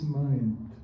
mind